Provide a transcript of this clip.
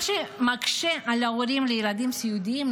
מה שמקשה על הורים לילדים סיעודיים,